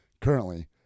Currently